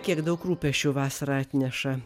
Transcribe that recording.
kiek daug rūpesčių vasara atneša